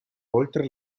oltre